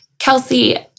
Kelsey